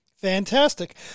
Fantastic